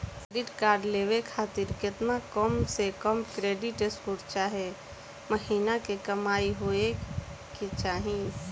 Credit card लेवे खातिर केतना कम से कम क्रेडिट स्कोर चाहे महीना के कमाई होए के चाही?